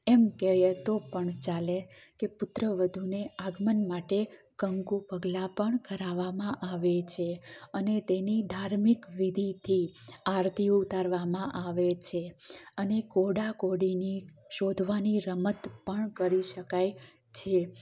એમ કહીએ તો પણ ચાલે કે પુત્ર વધુને આગમન માટે કંકુ પગલાં પણ કરાવામાં આવે છે અને તેની ધાર્મિક વિધિથી આરતી ઉતારવામાં આવે છે અને કોડા કોડીની શોધવાની રમત પણ કરી શકાય છે